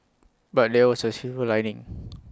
but there was A silver lining